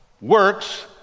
works